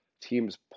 teams